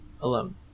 alone